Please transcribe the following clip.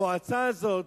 המועצה הזאת